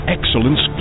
Excellence